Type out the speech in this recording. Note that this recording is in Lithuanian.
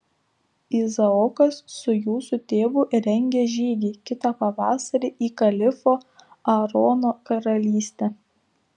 izaokas su jūsų tėvu rengia žygį kitą pavasarį į kalifo aarono karalystę